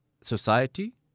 society